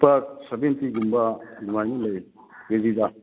ꯂꯨꯄꯥ ꯁꯕꯦꯟꯇꯤꯒꯨꯝꯕ ꯑꯗꯨꯃꯥꯏꯅ ꯂꯩꯌꯦ ꯀꯦ ꯖꯤꯗ